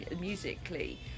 musically